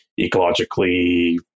ecologically